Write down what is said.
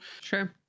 Sure